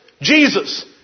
Jesus